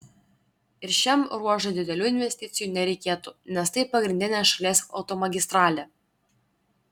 ir šiam ruožui didelių investicijų nereikėtų nes tai pagrindinė šalies automagistralė